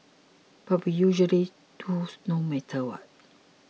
but we usually does no matter what